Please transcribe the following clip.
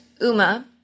UMA